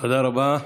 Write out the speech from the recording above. תודה רבה.